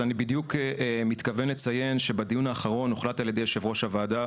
אני בדיוק מתכוון לציין שבדיון האחרון הוחלט על ידי יושב ראש הוועדה,